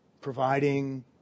providing